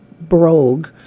brogue